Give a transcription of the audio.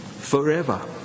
forever